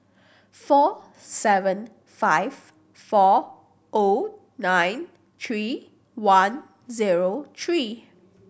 four seven five four O nine three one zero three